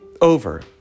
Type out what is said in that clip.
over